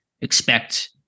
expect